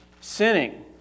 sinning